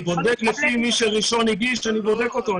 מי שהגיש ראשון, אני בודק אותו.